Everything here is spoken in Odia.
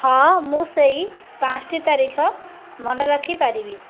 ହଁ ମୁଁ ସେଇ ପାଞ୍ଚଟି ତାରିଖ ମନେ ରଖିପାରିବି